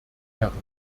herren